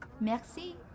Merci